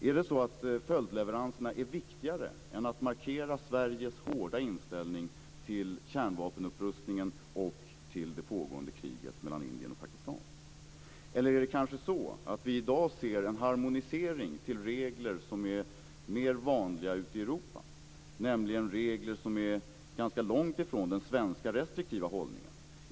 Är det så att följdleveranserna är viktigare än att markera Sveriges hårda inställning till kärnvapenupprustningen och till det pågående kriget mellan Indien och Pakistan? Eller är det kanske så att vi i dag ser en harmonisering till regler som är mer vanliga ute i Europa, nämligen regler som är ganska långt ifrån den svenska restriktiva hållningen?